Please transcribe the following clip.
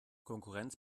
konkurrenz